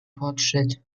fortschritt